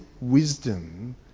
wisdom